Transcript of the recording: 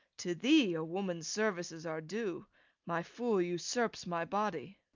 to thee a woman's services are due my fool usurps my body.